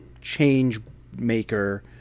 change-maker